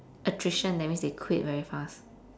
attrition that means they quit very fast